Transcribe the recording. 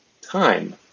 time